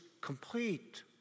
complete